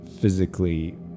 physically